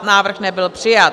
Návrh nebyl přijat.